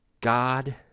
God